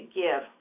give